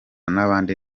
n’abandi